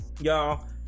y'all